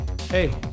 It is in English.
Hey